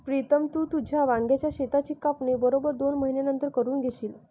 प्रीतम, तू तुझ्या वांग्याच शेताची कापणी बरोबर दोन महिन्यांनंतर करून घेशील